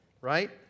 right